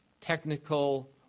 technical